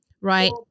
right